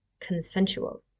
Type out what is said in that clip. consensual